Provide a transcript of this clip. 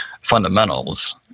fundamentals